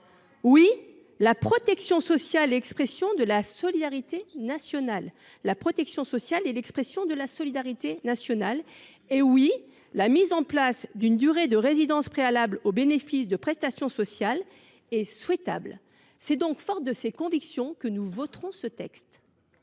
Oui, la protection sociale est l’expression de la solidarité nationale. Oui, la mise en place d’une durée de résidence préalable au bénéfice de prestations sociales est souhaitable. C’est donc fort de ces convictions que nous voterons ce texte.